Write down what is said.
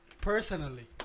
personally